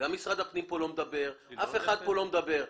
גם משרד הפנים לא מדבר, אף אחד פה לא מדבר.